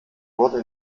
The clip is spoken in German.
wurden